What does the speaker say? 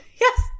Yes